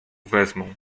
wezmą